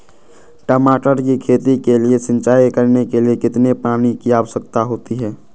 टमाटर की खेती के लिए सिंचाई करने के लिए कितने पानी की आवश्यकता होती है?